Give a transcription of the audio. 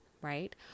right